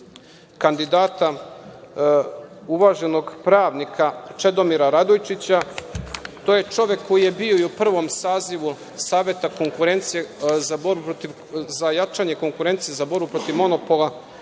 kandidata uvaženog pravnika Čedomira Radojčića. To je čovek koji je bio i u prvom sazivu Saveta za jačanje konkurencije i borbe protiv monopola